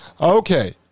okay